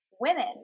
women